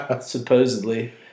supposedly